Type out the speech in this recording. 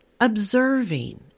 observing